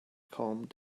calmed